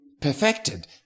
perfected